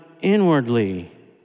inwardly